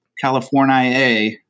California